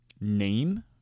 name